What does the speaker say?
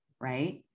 right